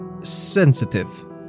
sensitive